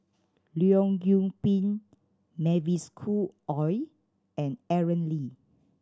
Leong Yoon Pin Mavis Khoo Oei and Aaron Lee